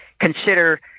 consider